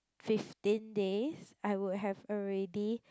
fifteen days I would have already